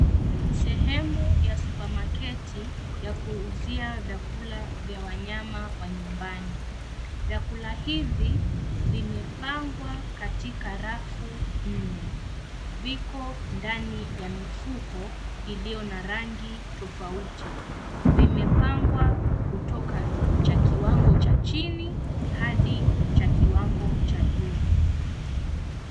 Sehemu ya supermarket ya kuuzia vyakula vya wanyama wa nyumbani. Vyakula hivi vimepangwa katika rafu nne. Viko ndani ya mifuko iliyo na rangi tofauti. Vimepangwa kutoka cha kiwango cha chini hadi cha kiwango cha juu.